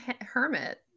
hermit